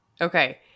Okay